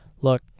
look